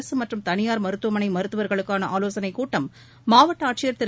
அரசு மற்றும் தனியார் மருத்துவமனை மருத்துவர்களுக்கான ஆவோசனைக் கூட்டம் மாவட்ட ஆட்சியர் திரு